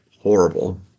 horrible